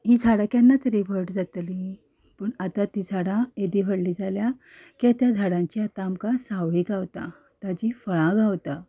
हीं झाडां केन्ना तरी व्हड जातलीं पूण आतां तीं झाडां येदीं व्हडलीं जाल्यां की त्या झाडांची आमकां आतां सावळी गावता तांचीं फळां गावता